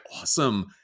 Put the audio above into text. awesome